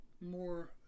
more